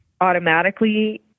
automatically